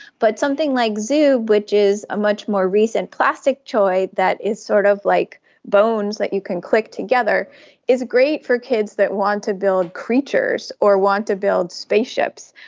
but something like zoob which is a much more recent plastic toy that is sort of like bones that you can click together is great for kids that want to build creatures or want to build spaceships,